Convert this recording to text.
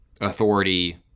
authority